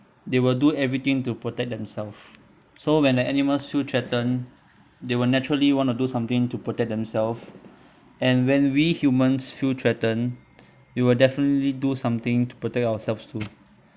they will do everything to protect themselves so when the animals feel threatened they would naturally want to do something to protect themselves and when we humans feel threatened we will definitely do something to protect ourselves too